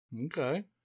Okay